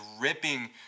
ripping